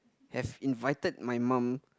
have invited my mum